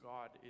God